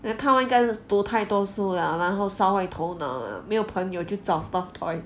then 他们应该是读太多书了然后烧坏头脑了没有朋友就找 stuffed toy